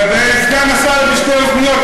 וסגן השר עם שתי אוזניות,